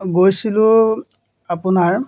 গৈছিলোঁ আপোনাৰ